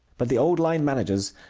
but the old-line managers,